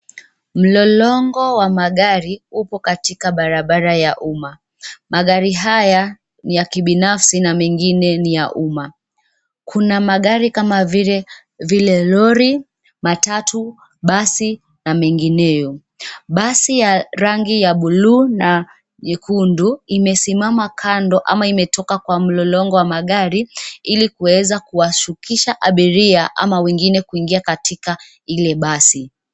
Mlolongo wa magari upo katika barabara ya uma magari haya ni ya kibinafsi na mengine ni ya uma. Kuna magari kama vile lori, matatu, basi na mengineo. Basi ya rangi ya bluu na nyekundu imesimama kando ama imetoka kwa mlolongo wa magari ili kuweza kuwashukisha abiria ama wengine kuingia katika ile basi.